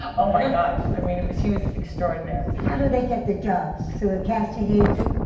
oh, my gosh. i mean, but she was extraordinary. how do they get their jobs? through a casting agent?